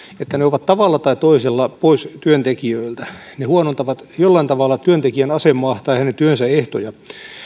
että ne ovat tavalla tai toisella pois työntekijöiltä ne huonontavat jollain tavalla työntekijän asemaa tai hänen työnsä ehtoja